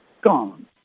gone